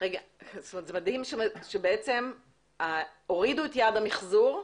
זה מדהים שהורידו את יעד המחזור.